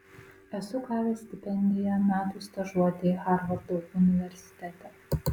esu gavęs stipendiją metų stažuotei harvardo universitete